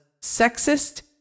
sexist